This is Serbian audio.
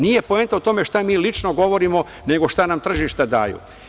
Nije poenta u tome šta mi lično govorimo, nego šta nam tržišta daju.